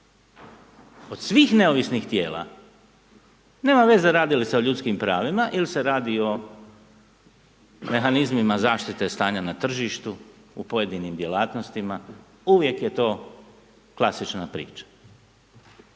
od svih neovisnih tijela, nema veze radi li se o ljudskim pravima ili se radi o mehanizmima zaštite stanja na tržištu u pojedinim djelatnostima, uvijek je to klasična priča.